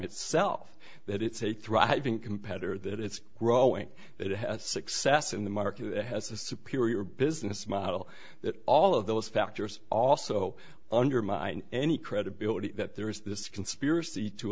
itself that it's a thriving competitor that it's growing it has success in the market has a superior business model that all of those factors also undermine any credibility that there is this conspiracy to